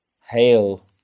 Hail